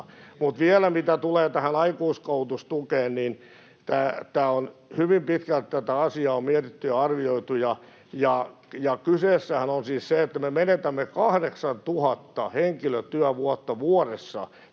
osa. Vielä mitä tulee aikuiskoulutustukeen, niin hyvin pitkälle tätä asiaa on mietitty ja arvioitu. Kyseessähän on siis se, että me menetämme 8 000 henkilötyövuotta vuodessa